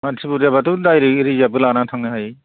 मानसि बुरजाबाथ' दायरेक्ट रिजार्भबो लाना थांनो हायो